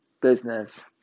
business